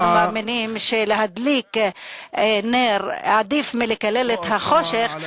מאמינים שלהדליק נר עדיף מלקלל את החושך.